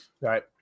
Right